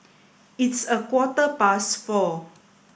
its a quarter past four